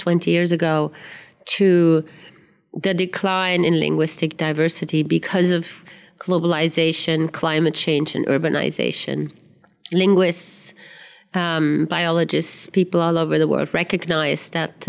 twenty years ago to the decline in linguistic diversity because of globalization climate change and urbanization linguists biologists people all over the world recognize that